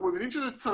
אנחנו מבינים שצריך,